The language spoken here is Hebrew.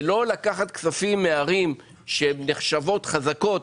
ולא לקחת כספים מערים שנחשבות חזקות.